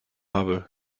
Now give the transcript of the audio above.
habe